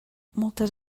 moltes